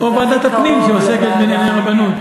או ועדת הפנים, שעוסקת בענייני רבנות.